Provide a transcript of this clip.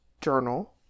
journal